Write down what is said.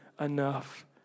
enough